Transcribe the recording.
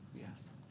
Yes